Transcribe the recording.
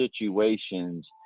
situations